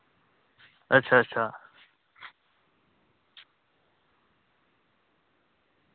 अच्छा अच्छा